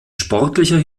sportlicher